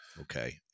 Okay